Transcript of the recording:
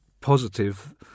positive